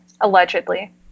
allegedly